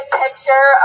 picture